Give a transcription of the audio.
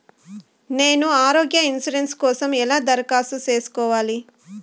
నేను ఆరోగ్య ఇన్సూరెన్సు కోసం ఎలా దరఖాస్తు సేసుకోవాలి